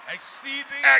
Exceeding